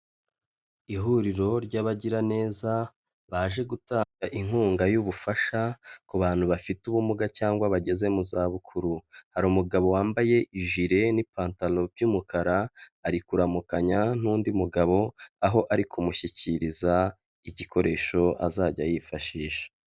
Ihuriro ry'abagiraneza baje gutanga inkunga y'ubufasha ku bantu bafite ubumuga cyangwa bageze mu za bukuru. Hari umugabo wambaye ijire n'ipataro by'umukara ari kuramukanya n'undi mugabo aho ari kumushyikiriza igikoresho azajya yifashisha.